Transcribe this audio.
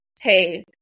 hey